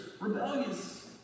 rebellious